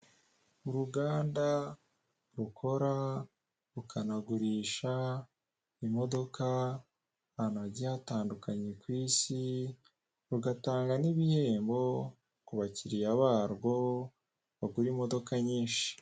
Uruganda rukora rukanagurisha imodoka ahantu hagiye hatandukanye ku isi, rugatanga n'ibihembo ku bakiriya barwo bagura imodoka nyinshi.